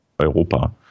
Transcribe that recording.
Europa